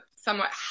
somewhat